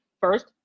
first